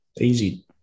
Easy